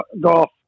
golf